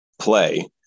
play